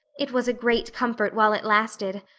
it was a great comfort while it lasted.